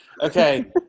Okay